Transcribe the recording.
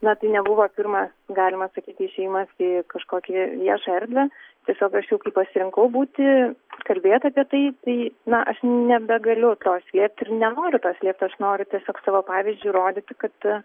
na tai nebuvo pirmas galima sakyti išėjimas į kažkokį viešą erdvę tiesiog aš jau kai pasirinkau būti kalbėta apie tai tai na aš nebegaliu to slėpt ir nenoriu to slėpt aš noriu tiesiog savo pavyzdžiu rodyti kad